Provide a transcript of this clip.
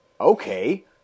okay